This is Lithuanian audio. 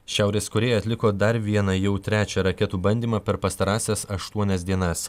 šiaurės korėja atliko dar vieną jau trečią raketų bandymą per pastarąsias aštuonias dienas